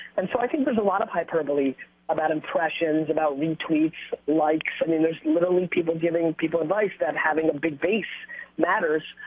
and so i think there's a lot of hyperbole about impressions, about retweets, likes, i mean, there's literally people giving people advice that having a big base matters,